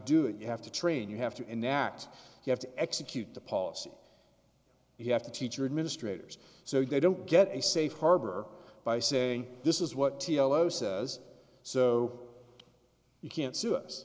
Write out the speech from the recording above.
do it you have to train you have to enact you have to execute the policy you have to teach your administrator so you don't get a safe harbor by saying this is what t l o says so you can't sue us